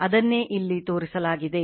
ಅದನ್ನೇ ಇಲ್ಲಿ ತೋರಿಸಲಾಗಿದೆ